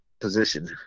position